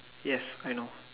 yes I know